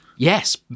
Yes